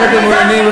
אם אתם מעוניינים,